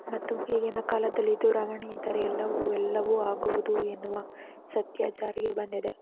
ಮತ್ತು ಈಗಿನ ಕಾಲದಲ್ಲಿ ದೂರವಾಣಿ ಇದ್ದರೆ ಎಲ್ಲವು ಎಲ್ಲವು ಆಗುವುದು ಎನ್ನುವ ಸತ್ಯ ಜಾರಿಗೆ ಬಂದಿದೆ